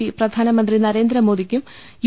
P പ്രധാനമന്ത്രി നരേന്ദ്രമോദിക്കും U